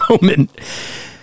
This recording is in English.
moment